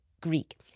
Greek